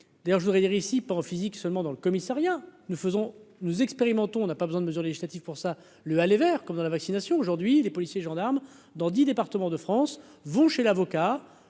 D'ailleurs, je voudrais dire ici pas en physique seulement dans le commissariat, nous faisons, nous expérimentons, on n'a pas besoin de mesures législatives pour ça le aller vers comme de la vaccination aujourd'hui les policiers gendarmes dans 10 départements de France vont chez l'avocat